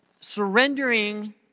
surrendering